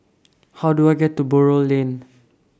How Do I get to Buroh Lane